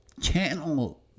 channel